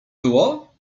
było